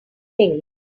things